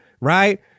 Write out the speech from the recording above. right